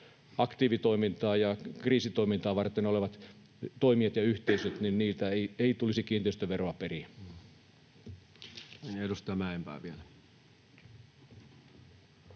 aktiivitoimintaa ja kriisitoimintaa varten olevilta toimijoilta ja yhteisöiltä ei tulisi kiinteistöveroa periä. [Speech 188]